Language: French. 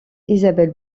isabelle